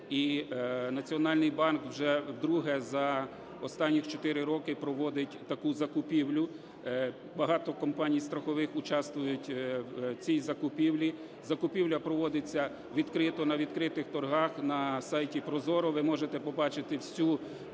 і Національний банк вже вдруге за останніх 4 роки проводить таку закупівлю, багато компаній страхових участвуют в цій закупівлі. Закупівля проводиться відкрито, на відкритих торгах, на сайті ProZorro ви можете побачити всю